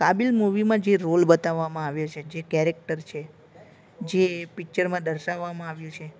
કાબિલ મુવીમાં જે રોલ બતાવવામાં આવ્યો છે જે કેરેક્ટર છે જે પિક્ચરમાં દર્શાવવામાં આવ્યું છે